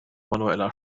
manueller